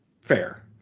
fair